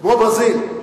כמו ברזיל.